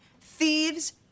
Thieves